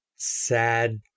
sad